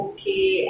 Okay